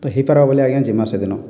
ତ ହେଇପାର୍ବା ବୋଇଲେ ଆଜ୍ଞା ଯିମା ସେଦିନ